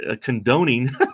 condoning